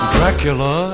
Dracula